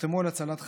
תחתמו על הצלת חיים.